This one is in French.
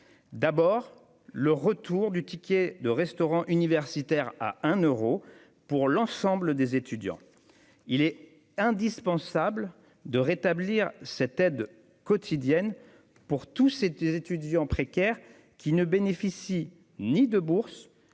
d'abord le retour du ticket-restaurant universitaire à un euro pour l'ensemble des étudiants. Il est indispensable de rétablir cette aide quotidienne pour tous les étudiants précaires qui ne bénéficient ni d'une bourse,